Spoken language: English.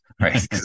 right